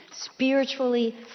spiritually